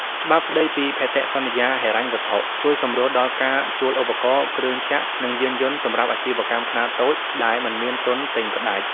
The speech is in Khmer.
ច្បាប់ស្ដីពីភតិសន្យាហិរញ្ញវត្ថុ ជួយសម្រួលដល់ការជួលឧបករណ៍ គ្រឿងចក្រ និងយានយន្តសម្រាប់អាជីវកម្មខ្នាតតូចដែលមិនមានទុនទិញផ្ដាច់។